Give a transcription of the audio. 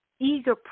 eager